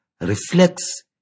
reflects